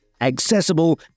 accessible